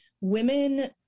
women